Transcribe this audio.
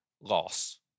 loss